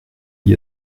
d’y